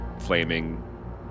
flaming